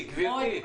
גברתי.